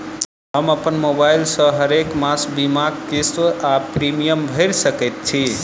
हम अप्पन मोबाइल सँ हरेक मास बीमाक किस्त वा प्रिमियम भैर सकैत छी?